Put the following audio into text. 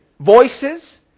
voices